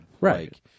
Right